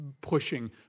pushing